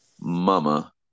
mama